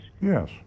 Yes